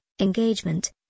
engagement